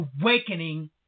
awakening